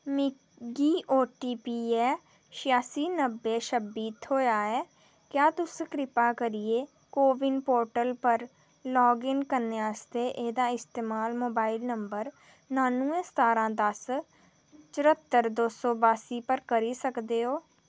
मिगी ओटीपी ऐ छिआसी नब्बै छब्बी थ्होएआ ऐ क्या तुस कृपा करियै को विन पोर्टल पर लाग इन करने आस्तै एह्दा इस्तेमाल मोबाइल नंबर नुआनुएं सतारां दस्स चर्हत्तर दो सौ बास्सी पर करी सकदे ओ